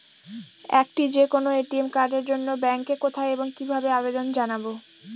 একটি যে কোনো এ.টি.এম কার্ডের জন্য ব্যাংকে কোথায় এবং কিভাবে আবেদন জানাব?